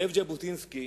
זאב ז'בוטינסקי